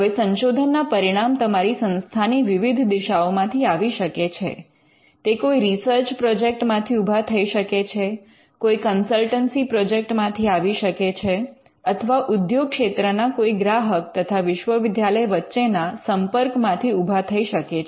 હવે સંશોધન ના પરિણામ તમારી સંસ્થાની વિવિધ દિશાઓમાંથી આવી શકે છે તે કોઈ રિસર્ચ પ્રોજેક્ટ માંથી ઉભા થઇ શકે છે કોઈ કન્સલ્ટન્સી પ્રોજેક્ટ માંથી આવી શકે છે અથવા ઉદ્યોગ ક્ષેત્રના કોઈ ગ્રાહક તથા વિશ્વવિદ્યાલય વચ્ચેના સંપર્ક માંથી ઉભા થઇ શકે છે